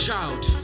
Child